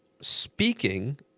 speaking